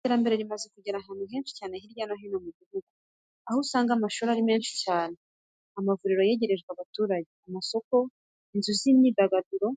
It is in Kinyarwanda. Iterambere rimaze kugera ahantu henshi hirya no hino mu gihugu, aho usanga amashuri ari menshi cyane, amavuriro yegerejwe abaturage, amasoko, inzu z'imyidagaduro